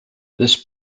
this